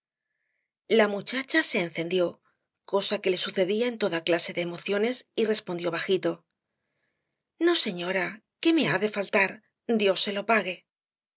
la muchacha se encendió cosa que le sucedía en toda clase de emociones y respondió bajito no señora qué me ha de faltar dios se lo pague